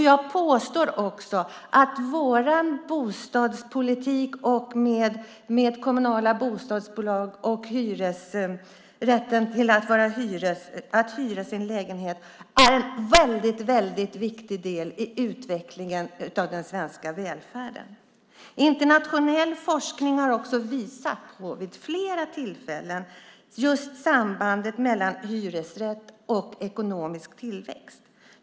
Jag påstår också att vår bostadspolitik med kommunala bostadsbolag och möjligheten att hyra sin egen lägenhet är en viktig del i utvecklingen av den svenska välfärden. Internationell forskning har vid flera tillfällen visat just sambandet mellan hyresrätt och ekonomisk tillväxt.